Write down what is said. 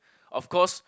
of course